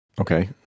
Okay